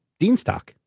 Deanstock